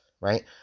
right